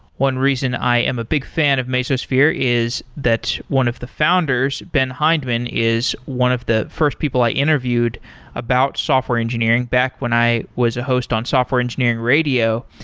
one reason i am a big fan of mesosphere is that one of the founders, ben hindman, is one of the first people i interviewed about software engineering back when i was a host on software engineering radio,